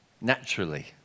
naturally